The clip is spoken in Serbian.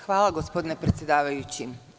Hvala, gospodine predsedavajući.